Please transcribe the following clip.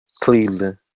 Cleveland